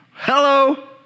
Hello